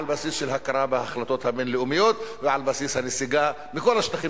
על בסיס של הכרה בהחלטות הבין-לאומיות ועל בסיס הנסיגה מכל השטחים